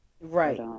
Right